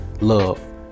love